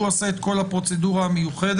הוא עושה את כל הפרוצדורה המיוחדת,